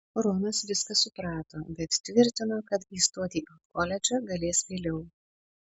ronas viską suprato bet tvirtino kad įstoti į koledžą galės vėliau